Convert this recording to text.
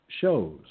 shows